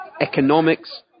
economics